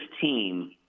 team